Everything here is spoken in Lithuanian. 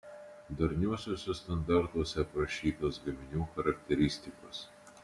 darniuosiuose standartuose aprašytos gaminių charakteristikos